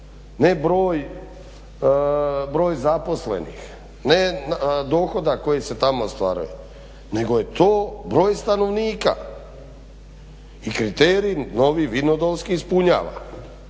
ne broj zaposlenih, ne dohodak koji se tamo ostvaruje nego je to broj stanovnika i kriterij Novi Vinodolski ispunjava